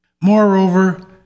Moreover